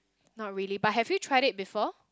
not really but have you tried it before